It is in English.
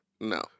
No